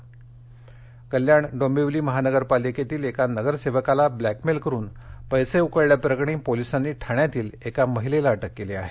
blackmail Kalyan Dombivli महानगरपालिकेतील एका नगरसेवकाला ब्लॅकमेल करून पैसे उकळल्याप्रकरणी पोलिसांनी ठाण्यातील एका महिलेला अटक केली आहे